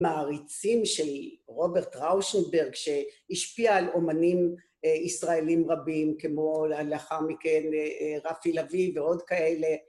מעריצים של רוברט ראושנברג, שהשפיע על אומנים ישראלים רבים, כמו לאחר מכן רפי לביא ועוד כאלה